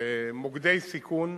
מוקדי סיכון,